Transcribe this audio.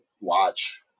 watch